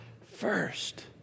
first